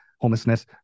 homelessness